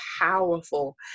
powerful